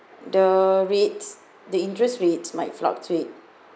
the rates the interest rates might fluctuate